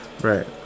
Right